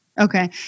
Okay